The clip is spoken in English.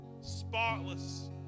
spotless